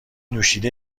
نوشیده